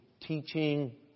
teaching